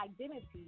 identity